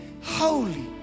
holy